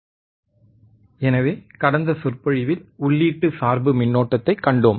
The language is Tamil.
சோதனை ஆப் ஆம்ப் பண்புகள் உள்ளீட்டு ஆஃப்செட் மின்னோட்டம் எனவே கடந்த சொற்பொழிவில் உள்ளீட்டு சார்பு மின்னோட்டத்தைக் கண்டோம்